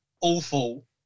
awful